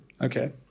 Okay